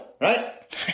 right